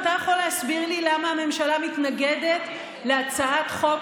אתה יכול להסביר לי למה הממשלה מתנגדת להצעת חוק